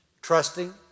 Trusting